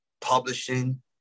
publishing